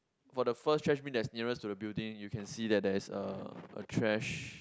for the first trash bin that is nearest to the building you can see that there is a a trash